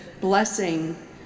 blessing